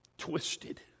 twisted